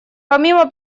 помимо